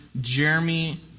Jeremy